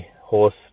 horse